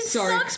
sorry